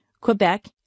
Quebec